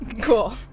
Cool